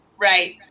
Right